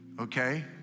Okay